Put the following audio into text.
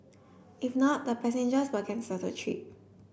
if not the passengers will cancel the trip